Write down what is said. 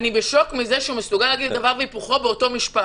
אני בשוק שהוא מסוגל להגיד דבר והיפוכו באותו משפט.